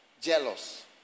jealous